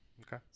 Okay